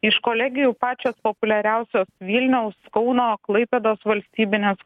iš kolegijų pačios populiariausios vilniaus kauno klaipėdos valstybinės